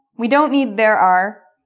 we don't need there are.